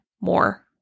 more